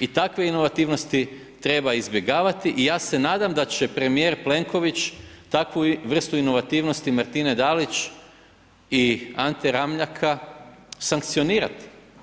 i takve inovativnosti treba izbjegavati i ja se nadam da će premjer Plenković takvu vrstu inovativnosti Martine Dalić i Ante Ramljaka sankcionirati.